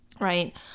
right